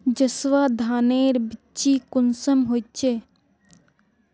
जसवा धानेर बिच्ची कुंसम होचए?